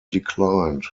declined